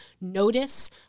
notice